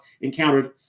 encountered